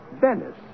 Venice